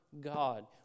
God